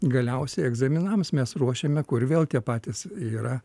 galiausiai egzaminams mes ruošiame kur vėl tie patys yra